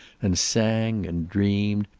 and sang and dreamed,